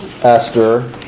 Esther